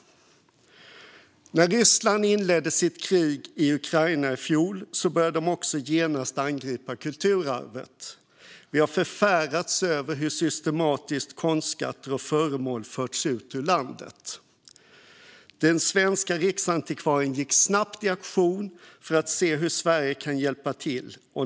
När Ryssland inledde sitt krig i Ukraina i fjol började de också genast angripa kulturarvet. Vi har förfärats över hur systematiskt konstskatter och föremål förts ut ur landet. Den svenska riksantikvarien gick snabbt till aktion för att se hur Sverige kunde hjälpa till.